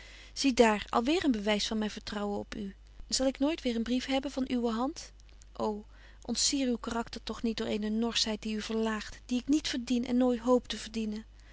zie daar al weêr een bewys van myn vertrouwen op u zal ik nooit weer een brief hebben van uwe hand ô ontsier uw karakter toch niet door eene norsheid die u verlaagt die ik niet verdien en nooit hoop te verdienen